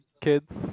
kids